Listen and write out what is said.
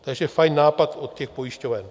Takže fajn nápad od těch pojišťoven.